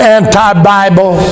anti-Bible